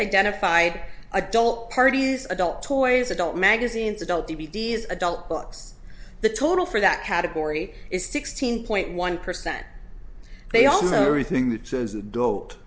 identified adult parties adult toys adult magazines adult d v d s adult books the total for that category is sixteen point one percent they all know everything that shows adult